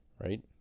right